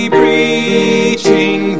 preaching